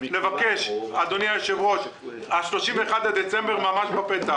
אדוני היושב ראש, ה-31 בדצמבר ממש בפתח.